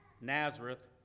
Nazareth